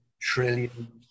Trillion